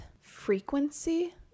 Frequency